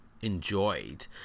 enjoyed